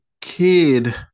kid